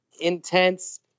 intense